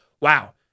wow